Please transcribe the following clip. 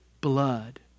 blood